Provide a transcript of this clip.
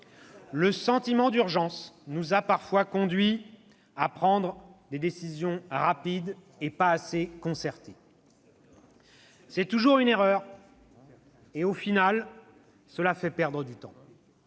Le sentiment d'urgence nous a parfois conduits à prendre des décisions rapides, pas assez concertées. » C'est vrai !« C'est toujours une erreur et, au final, cela fait perdre du temps.